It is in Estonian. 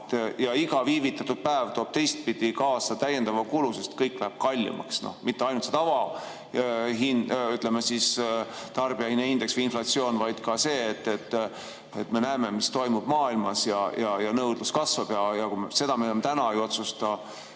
Ja iga viivitatud päev toob kaasa täiendava kulu, sest kõik läheb kallimaks. Mitte ainult see tavahind, ütleme, tarbijahinnaindeks ja inflatsioon, vaid ka see, et me näeme, mis toimub maailmas, ja nõudlus kasvab. Kui me seda täna ei otsusta,